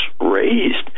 raised